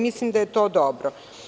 Mislim da je to dobro.